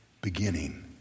beginning